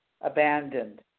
abandoned